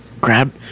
Grab